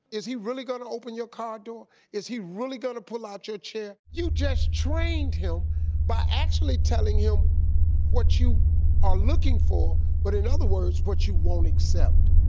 is he really gonna open your car door? is he really gonna pull out your chair? you just trained him by actually telling him what you are looking for, but in other words, what you won't accept.